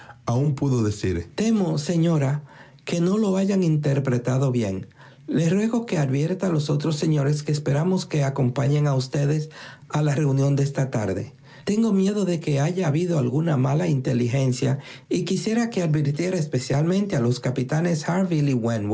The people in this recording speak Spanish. pudo decir temo señora que no lo hayan interpretado bien le ruego que advierta a los otros señores que esperamos que acompañen a ustedes a la reunión de esta tarde tengo miedo de que haya habido alguna mala inteligencia y quisiera queadvirtiera especialmente a los capitanes